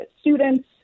students